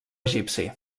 egipci